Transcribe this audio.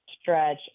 stretch